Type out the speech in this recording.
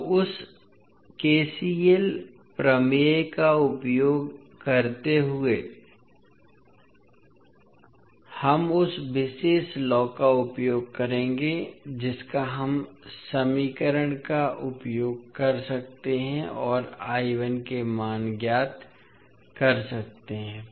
तो उस KCL प्रमेय का उपयोग करते हुए हम उस विशेष लॉ का उपयोग करेंगे जिसका हम समीकरण का उपयोग कर सकते हैं और के मान ज्ञात कर सकते हैं